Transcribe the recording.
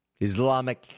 Islamic